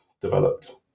developed